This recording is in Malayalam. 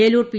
ഏലൂർ പി